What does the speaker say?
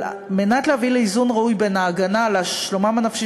על מנת להביא לאיזון ראוי בין ההגנה על שלומם הנפשי